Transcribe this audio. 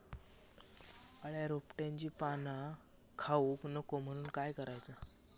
अळ्या रोपट्यांची पाना खाऊक नको म्हणून काय करायचा?